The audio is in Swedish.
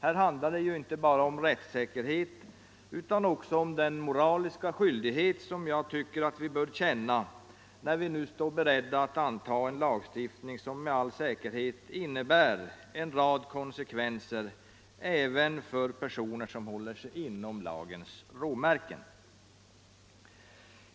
Här handlar det inte bara om rättssäkerhet utan också om den moraliska skyldighet som jag tycker vi bör känna när vi nu står beredda att anta en lagstiftning som med all säkerhet innebär en rad konsekvenser även för personer som håller sig inom lagens råmärken.